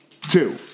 two